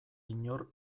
inor